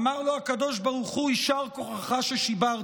אמר לו הקדוש ברוך הוא: "יישר כוחך ששיברת".